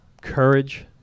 courage